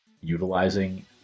utilizing